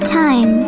time